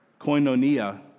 koinonia